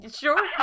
sure